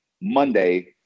Monday